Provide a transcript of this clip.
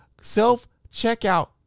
self-checkout